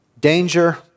danger